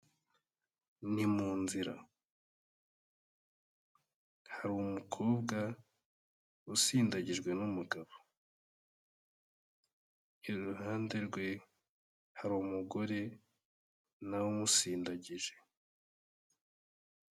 Ni mu nzira, hari umukobwa usindagijwe n'umugabo, iruhande rwe hari umugore na we umusindagije.